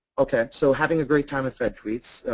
okay. so having a great time at fed tweets.